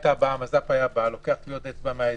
מז"פ היה לוקח טביעת אצבע מהזירה,